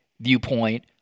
viewpoint